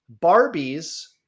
Barbie's